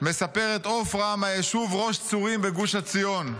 מספרת עפרה מהקיבוץ ראש צורים בגוש עציון.